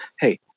hey